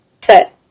set